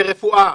לרפואה,